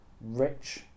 Rich